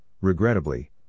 regrettably